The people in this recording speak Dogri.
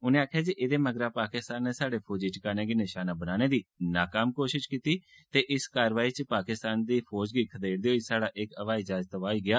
उनें आक्खेआ जे एहदे मगरा पाकिस्तान नै साढे फौजी ठिकानें गी निषाना बनाने दी नाकाम कोषिष कीती ते इस कारवाई च पाकिस्तान दी फौज गी खदेड़दे होई साढ़ा इक हवाई जहाज तबाह होई गेआ